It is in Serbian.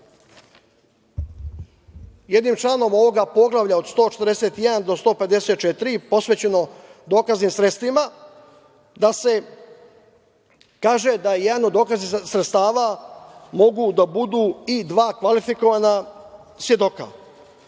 jednim članom ovog poglavlja od 141. do 154. posvećeno dokaznim sredstvima da se kaže da je jedan od dokaznih sredstava mogu da budu i dva kvalifikovana svedoka.U